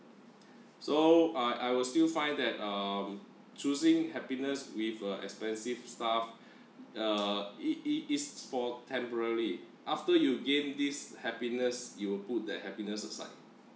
so I I will still find that um choosing happiness with a expensive stuff uh it it's for for temporary after you gain this happiness you will put that happiness aside